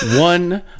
One